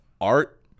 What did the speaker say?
art